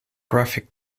graphic